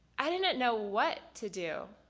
i didn't know what to do.